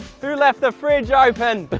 through left the fridge open